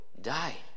die